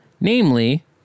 namely